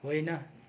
होइन